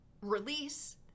release